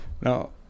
No